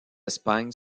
espagne